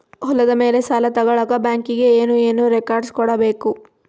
ಹೊಲದ ಮೇಲೆ ಸಾಲ ತಗಳಕ ಬ್ಯಾಂಕಿಗೆ ಏನು ಏನು ರೆಕಾರ್ಡ್ಸ್ ಕೊಡಬೇಕು?